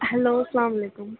hello اسلام علیکُم